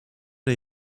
der